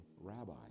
rabbi